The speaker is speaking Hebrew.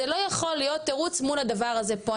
זה לא יכול להיות תירוץ מול הדבר הזה פה.